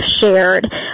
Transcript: shared